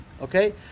okay